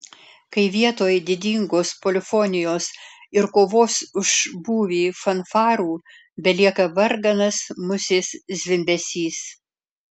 kai vietoj didingos polifonijos ir kovos už būvį fanfarų belieka varganas musės zvimbesys